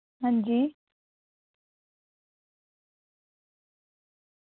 हां जी